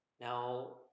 Now